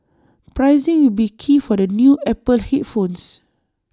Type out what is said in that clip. pricing will be key for the new Apple headphones